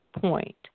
point